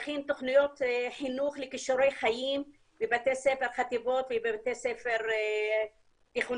להכין תוכניות חינוך לכישורי חיים בחטיבות ובבתי ספר תיכוניים.